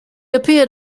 appeared